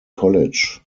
college